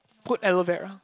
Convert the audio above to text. put aloe vera